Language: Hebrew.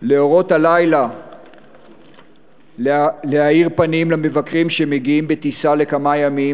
לאורות הלילה להאיר פנים למבקרים שמגיעים בטיסה לכמה ימים